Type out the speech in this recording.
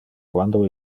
quando